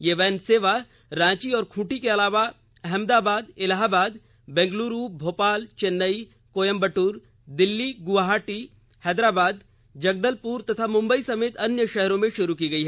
ये वैन सेवा रांची और खूंटी के अलावा अहमदाबाद इलाहाबाद बेंगलुरू भोपाल चेन्नई कोयंबटूर दिल्ली ग्रवाहाटी हैदराबाद जगदलपुर तथा मुंबई समेत अन्य शहरों में शुरु की गयी